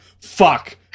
Fuck